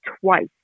twice